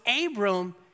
Abram